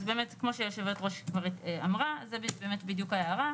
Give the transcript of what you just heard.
אז באמת כמו שיושבת הראש כבר אמרה - זו בדיוק ההערה.